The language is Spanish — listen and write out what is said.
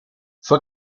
fue